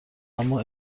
اما